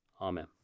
amen